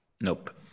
nope